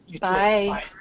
Bye